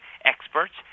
experts